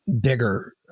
bigger